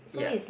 ya